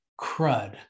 crud